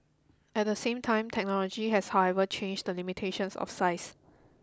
at the same time technology has however changed the limitations of size